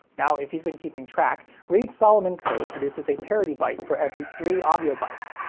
now, if you've been keeping track, reed-solomon code produces a parity byte for every three audio bytes,